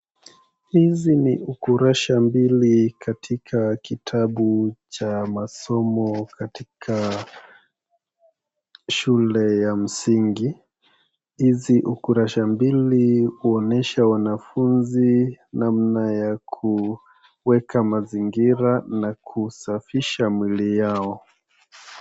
Hizi ni ukurasa mbili katika kitabu cha masomo katika shule ya msingi. Hizi ukurasa mbili huonyesha wanafunzi namna ya kuweka mazingira na kusafisha mwili yao.